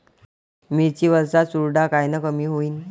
मिरची वरचा चुरडा कायनं कमी होईन?